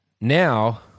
Now